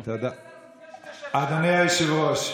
אדוני היושב-ראש,